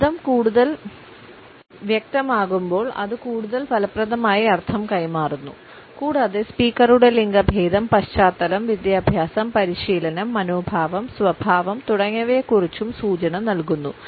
ശബ്ദം കൂടുതൽ വ്യക്തമാകുമ്പോൾ അത് കൂടുതൽ ഫലപ്രദമായി അർത്ഥം കൈമാറുന്നു കൂടാതെ സ്പീക്കറുടെ ലിംഗഭേദം പശ്ചാത്തലം വിദ്യാഭ്യാസം പരിശീലനം മനോഭാവം സ്വഭാവം തുടങ്ങിയവയെക്കുറിച്ചും സൂചന നൽകുന്നു